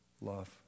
love